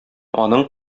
аның